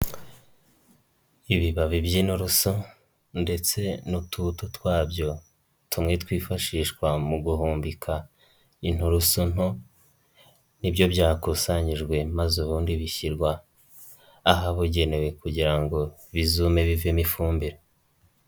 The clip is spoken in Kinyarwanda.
Ibibabi by'inturusu ndetse n'utubuto twabyo tumwe twifashishwa mu guhumbika inturusu nto ni byo byakusanyijwe maze ubundi bishyirwa ahabugenewe kugira ngo bizume bivemo ifumbire.